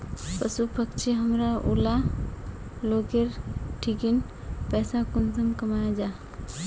पशु पक्षी हमरा ऊला लोकेर ठिकिन पैसा कुंसम कमाया जा?